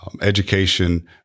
education